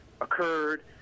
occurred